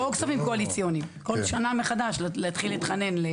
כלומר לא כספים קואליציוניים שדורשים בכל שנה מחדש להתחיל להתחנן.